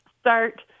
start